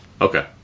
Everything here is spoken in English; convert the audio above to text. Okay